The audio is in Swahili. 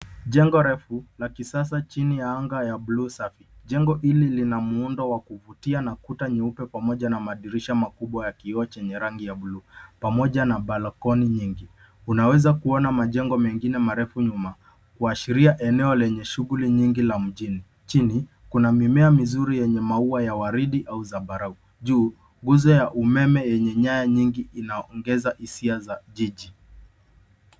Chengo refu la kisasa chini ya anga ya blue safi chengo hili Lina mwuunda la kufutia na Kuta nyeupe na pamoja na madirisha makubwa Cha kioo chenye rangi ya blue pamoja na balokoni nyingi unaweza kuona machengo mengine marefu nyuma kuashiria eneo lenye shughuli nyingi la mjini. Chini, kuna mimea vizuri yenye mimea ya waridhi au za barafu. Juu uzo ya umeme yenye nyaya ya nyingi inaongeza hisia ya jiji